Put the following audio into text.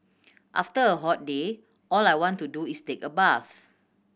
after a hot day all I want to do is take a bath